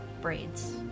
braids